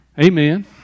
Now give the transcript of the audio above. Amen